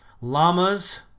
llamas